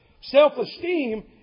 Self-esteem